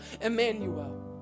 Emmanuel